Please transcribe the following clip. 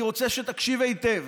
אני רוצה שתקשיב היטב,